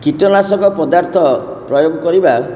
କୀଟନାଶକ ପଦାର୍ଥ ପ୍ରୟୋଗ କରିବା